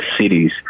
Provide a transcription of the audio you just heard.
cities